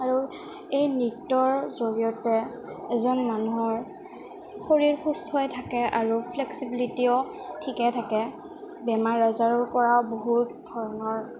আৰু এই নৃত্যৰ জৰিয়তে এজন মানুহৰ শৰীৰ সুস্থ হৈ থাকে আৰু ফ্লেক্সিবিলিটিও ঠিকে থাকে বেমাৰ আজাৰৰ পৰা বহুত ধৰণৰ